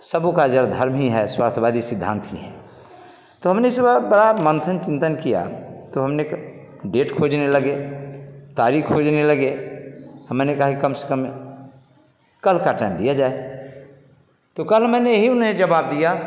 सबों का जड़ धर्म ही है स्वास्थय वादी सिद्धांत ही है तो हमने सुना बड़ा मंथन चिंतन किया तो हमने डेट खोजने लगे कारी खोजने लगे हमने कहा कि कम से कम कल का टाइम दिया जाए तो कल मैंने यही न जबाब दिया